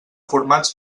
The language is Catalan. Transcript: formats